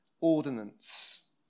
ordinance